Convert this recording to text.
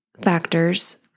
factors